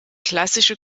klassische